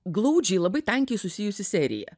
glaudžiai labai tankiai susijusi serija